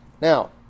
Now